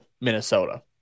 Minnesota